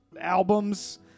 albums